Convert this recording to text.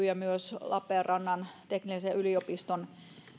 ja myös lappeenrannan teknillisen yliopiston